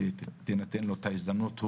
שתינתן לו ההזדמנות,